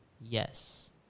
yes